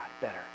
better